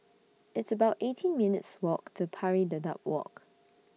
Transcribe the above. It's about eighteen minutes' Walk to Pari Dedap Walk